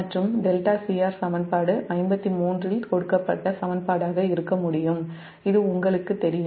மற்றும் δcr சமன்பாடு 53 இல் கொடுக்கப்பட்ட சமன்பாடாக இருக்க முடியும் இது உங்களுக்குத் தெரியும்